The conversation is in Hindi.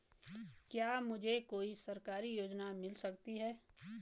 क्या मुझे कोई सरकारी योजना मिल सकती है?